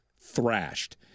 thrashed